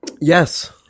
Yes